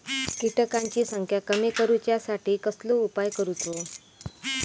किटकांची संख्या कमी करुच्यासाठी कसलो उपाय करूचो?